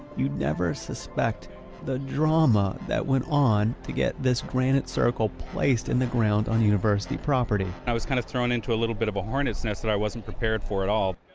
you'd never suspect the drama that went on to get this granite circle placed in the ground on university property i was kind of thrown into a little bit of a hornet's nest that i wasn't prepared for at all